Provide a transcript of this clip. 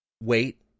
Wait